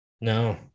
No